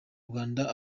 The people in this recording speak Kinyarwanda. rwanda